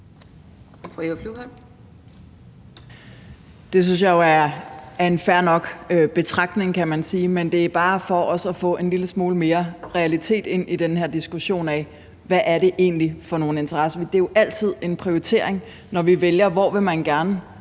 Det synes jeg jo er en fair nok betragtning, kan man sige. Men det er bare for også at få en lille smule mere realitet ind i den her diskussion af, hvad det egentlig er for nogle interesser. Det er jo altid en prioritering, når vi vælger, hvor vi gerne